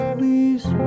Please